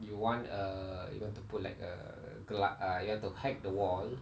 you want a you want to put like a gla~ uh you have to hack the wall